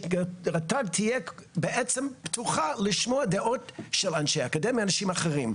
שרט"ג תהיה בעצם פתוחה לשמוע דעות של אנשי אקדמיה ואנשים אחרים,